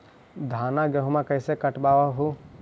धाना, गेहुमा कैसे कटबा हू?